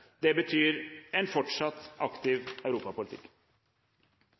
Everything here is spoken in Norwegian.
Det betyr en fortsatt aktiv europapolitikk.